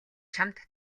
чамд